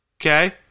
Okay